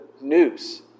News